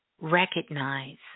recognize